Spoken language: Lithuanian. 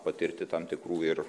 patirti tam tikrų ir